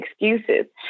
excuses